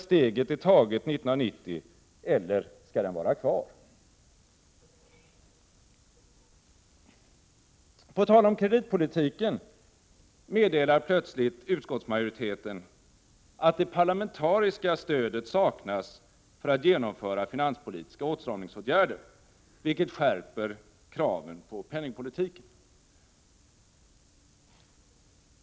steget är taget 1990, eller skall den vara kvar? När det gäller kreditpolitiken meddelar plötsligt utskottsmajoriteten att det parlamentariska stödet saknas för att genomföra finanspolitiska åtstramningsåtgärder, vilket skärper kraven på penningpolitiken.